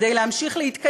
כדי להמשיך להתקיים.